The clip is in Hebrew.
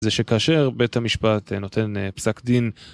זה שכאשר בית המשפט נותן פסק דין